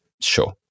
sure